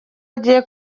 agiye